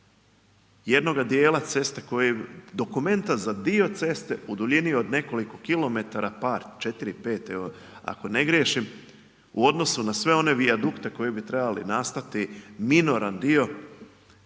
jednoga dijela ceste koji, dokumenta za dio ceste u duljini od nekoliko kilometara, par, 4, 5 evo, ako ne griješim, u odnosu na sve one vijadukte koji bi trebali nastati, minoran dio,